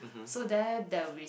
so there they will be